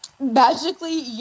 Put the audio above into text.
magically